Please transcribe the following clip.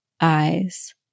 eyes